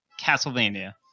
Castlevania